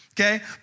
Okay